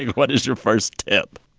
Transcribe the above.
what is your first tip?